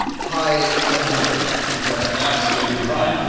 high unhappiness. is that. absolutely right.